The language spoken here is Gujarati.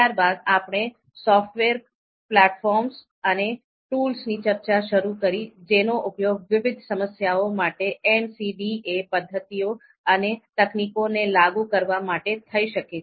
ત્યારબાદ આપણે સોફ્ટવેર પ્લેટફોર્મ અને ટૂલ્સની ચર્ચા શરૂ કરી જેનો ઉપયોગ વિવિધ સમસ્યાઓ માટે MCDA પદ્ધતિઓ અને તકનીકો ને લાગુ કરવા માટે થઈ શકે છે